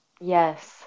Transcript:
Yes